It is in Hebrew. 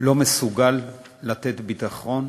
לא מסוגל לתת ביטחון